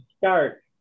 start